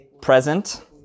present